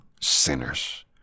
sinners